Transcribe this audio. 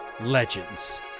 Legends